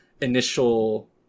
initial